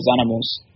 animals